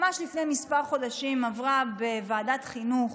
ממש לפני כמה חודשים, עברה בוועדת חינוך,